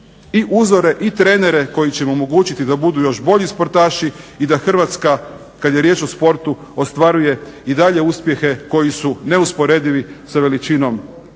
i uzore i trenere koji će im omogućiti da budu još bolji sportaši i da Hrvatska kada je riječ o sportu ostvaruje i dalje uspjehe koji su neusporedivi sa veličinom